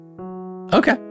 okay